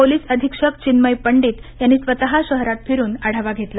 police अधिक्षक चिन्मय पंडित यांनी स्वतः शहरात फिरुन आढावा घेतला